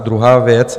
Druhá věc.